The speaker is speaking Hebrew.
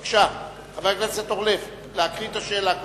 בבקשה, חבר הכנסת אורלב, להקריא את השאלה.